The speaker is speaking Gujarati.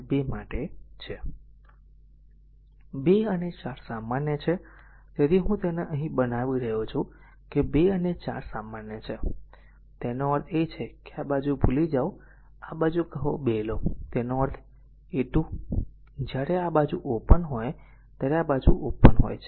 2 અને 4 સામાન્ય છે તેથી હું તેને અહીં બનાવી રહ્યો છું કે 2 અને 4 સામાન્ય છે તેનો અર્થ એ છે કે આ બાજુ ભૂલી જાઓ આ બાજુ કહો 2 લો તેનો અર્થ r a 2 જ્યારે આ બાજુ ઓપન હોય ત્યારે આ બાજુ ઓપન હોય છે